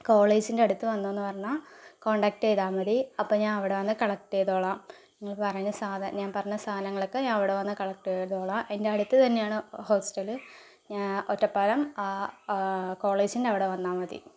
കോളേജിൻ്റടുത്ത് വന്ന് എന്ന് പറഞ്ഞ കോൺടാക്ട് ചെയ്താൽ മതി അപ്പോൾ ഞാനവിടെ വന്ന് കളക്ട് ചെയ്തോളാം ങ്ങള് പറഞ്ഞ സാധനങ്ങൾ ഞാൻ പറഞ്ഞ സാധനങ്ങളൊക്കെ അവിടെ വന്ന് കളക്ട് ചെയ്തോളാം അതിൻ്റടുത്ത് തന്നെയാണ് ഹോസ്റ്റല് ഞാ ഒറ്റപ്പാലം കോളേജിൻ്റവിടെ വന്നാൽ മതി